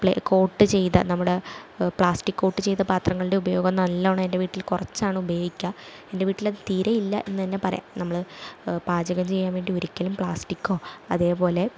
പ്ളേ coat ചെയ്ത നമ്മുടെ plastic coat ചെയ്ത പാത്രങ്ങളുടെ ഉപയോഗം നല്ലോണം എൻ്റെ വീട്ടിൽ കുറച്ചാണ് ഉപയോഗിക്കുക എൻ്റെ വീട്ടിൽ തീരെ ഇല്ലാ എന്ന് തന്നെ പറയാം നമ്മൾ പാചകം ചെയ്യാൻ വേണ്ടി ഒരിക്കലും പ്ലാസ്റ്റിക്കോ അതേപോലെ